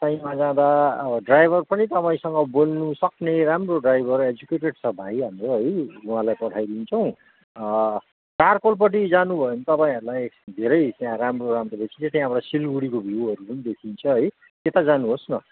of साइडमा जाँदा अब ड्राइभर पनि तपाईँसँग बोल्नुसक्ने राम्रो ड्राइभर एजुकेटेट छ भाइ हाम्रो है उहाँलाई पठाइदिन्छौँ चारखोलपट्टि जानुभयो भने तपाईँहरूलाई धेरै त्यहाँ राम्रो राम्रो सिधै त्यहाँबाट सिलगढीको भ्युहरू पनि देखिन्छ है त्यता जानुहोस् न